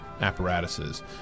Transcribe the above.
apparatuses